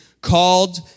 called